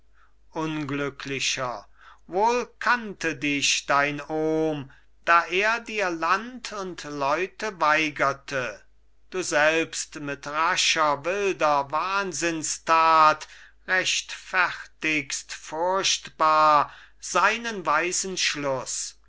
unglücklicher wohl kannte dich dein ohm da er dir land und leute weigerte du selbst mit rascher wilder wahnsinnstat rechtfertigst furchtbar seinen weisen schluss